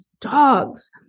dogs